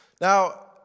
Now